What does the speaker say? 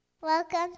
Welcome